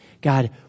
God